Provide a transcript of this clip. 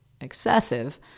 excessive